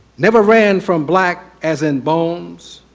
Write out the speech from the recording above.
never ran from black, as in bones,